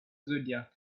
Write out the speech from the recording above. zodiac